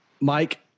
mike